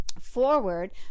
forward